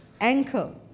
Anchor